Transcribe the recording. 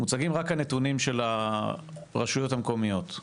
מוצגים רק הנתונים של שהרשויות המקומיות.